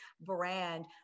brand